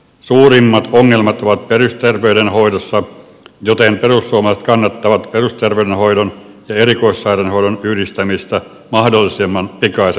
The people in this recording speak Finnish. suurimmat ongelmat ovat perusterveydenhoidossa joten perussuomalaiset kannattavat perusterveydenhoidon ja erikoissairaanhoidon yhdistämistä mahdollisimman pikaisella aikataululla